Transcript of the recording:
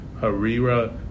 Harira